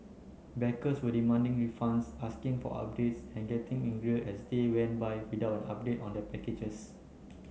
backers were demanding refunds asking for updates and getting angrier as days went by without an update on their packages